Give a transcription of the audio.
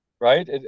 right